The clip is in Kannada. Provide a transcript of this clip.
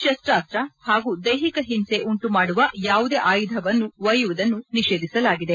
ಶಸ್ತಾಸ್ತ ಹಾಗೂ ದೈಹಿಕ ಹಿಂಸೆ ಉಂಟು ಮಾಡುವ ಯಾವುದೇ ಆಯುಧಗಳನ್ನು ಒಯ್ತುವುದನ್ನು ನಿಷೇಧಿಸಲಾಗಿದೆ